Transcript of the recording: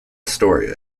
astoria